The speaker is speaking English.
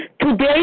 Today